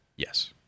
Yes